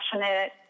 passionate